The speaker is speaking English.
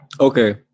Okay